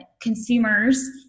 consumers